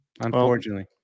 Unfortunately